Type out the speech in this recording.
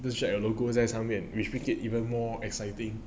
just check your logo 在上面 which make it even more exciting